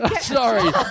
Sorry